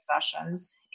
sessions